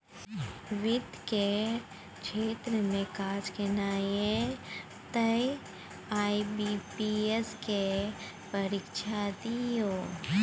वित्त केर क्षेत्र मे काज केनाइ यै तए आई.बी.पी.एस केर परीक्षा दियौ